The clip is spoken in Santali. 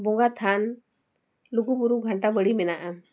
ᱵᱚᱸᱜᱟ ᱛᱷᱟᱱ ᱞᱩᱜᱩ ᱵᱩᱨᱩ ᱜᱷᱟᱱᱴᱟ ᱵᱟᱲᱮ ᱢᱮᱱᱟᱜᱼᱟ